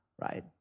Right